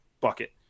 bucket